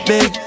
Big